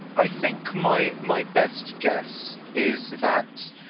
i think my my best guess is that.